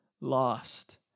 lost